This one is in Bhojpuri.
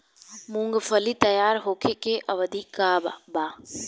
मूँगफली तैयार होखे के अवधि का वा?